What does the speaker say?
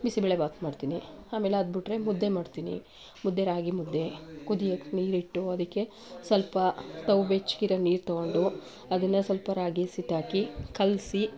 ಬಿಸಿಬೇಳೆಬಾತ್ ಮಾಡ್ತೀನಿ ಆಮೇಲೆ ಅದ್ಬಿಟ್ರೆ ಮುದ್ದೆ ಮಾಡ್ತೀನಿ ಮುದ್ದೆ ರಾಗಿ ಮುದ್ದೆ ಕುದಿಯೋಕೆ ನೀರಿಟ್ಟು ಅದಕ್ಕೆ ಸ್ವಲ್ಪ ತವ ಬೆಚ್ಚಗಿರೋ ನೀರು ತೊಗೊಂಡು ಅದನ್ನು ಸ್ವಲ್ಪ ರಾಗಿ ಹಸಿಟ್ಟಾಕಿ ಕಲಸಿ